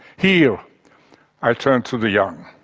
here i turn to the young.